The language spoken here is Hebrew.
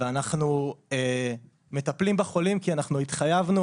ואנחנו מטפלים בחולים כי אנחנו התחייבנו,